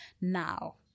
now